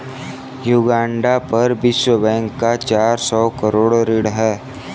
Uganda पर विश्व bank का चार सौ करोड़ ऋण है